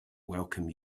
welcome